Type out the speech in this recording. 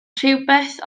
rhywbeth